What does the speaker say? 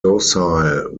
docile